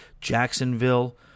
Jacksonville